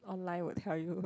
online will tell you